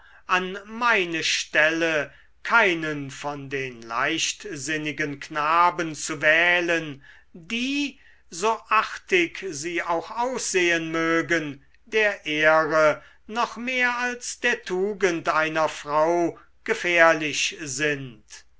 an meine stelle keinen von den leichtsinnigen knaben zu wählen die so artig sie auch aussehen mögen der ehre noch mehr als der tugend einer frau gefährlich sind